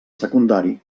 secundari